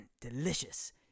delicious